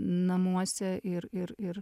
namuose ir ir ir